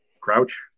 Crouch